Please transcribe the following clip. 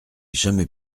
jamais